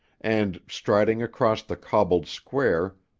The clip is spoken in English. and, striding across the cobbled square,